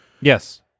Yes